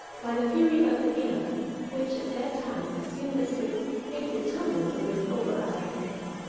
by the fury of the gale which at that time seemed as if it would tumble the roof over our heads.